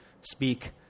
speak